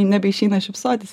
nebeišeina šypsotis